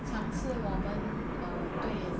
尝试我们 uh 对